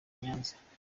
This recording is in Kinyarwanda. nyanza